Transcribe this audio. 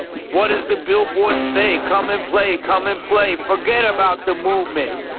what does the billboard say? come and play, come and play, forget about the movement,